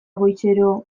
goizero